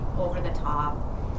over-the-top